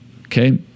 Okay